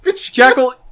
jackal